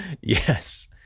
Yes